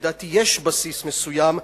ולדעתי יש בסיס מסוים,